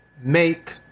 Make